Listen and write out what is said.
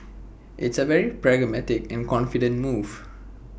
it's A very pragmatic and confident move